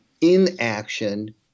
inaction –